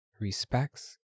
respects